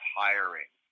hiring